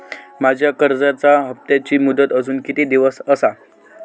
माझ्या कर्जाचा हप्ताची मुदत अजून किती दिवस असा?